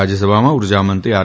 રાજ્યસભામાં ઉર્જામંત્રી આર